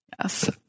Yes